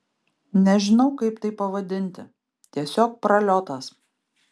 nežinau kaip tai pavadinti tiesiog praliotas